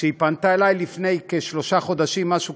כשהיא פנתה אלי לפני שלושה חודשים, משהו כזה.